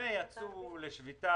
ויצאו לשביתה,